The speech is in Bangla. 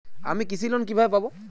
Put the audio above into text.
আমি কৃষি লোন কিভাবে পাবো?